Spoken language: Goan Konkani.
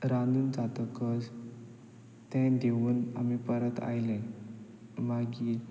रांदून जातकच तें दिवून आमी परत आयले मागीर